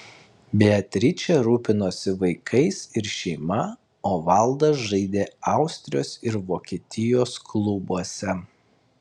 beatričė rūpinosi vaikais ir šeima o valdas žaidė austrijos ir vokietijos klubuose